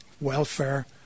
welfare